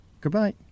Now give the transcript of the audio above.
Goodbye